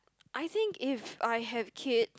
I think if I have kid